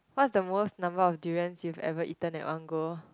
what is the most number of durians you've eaten at one go